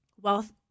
wealth